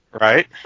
Right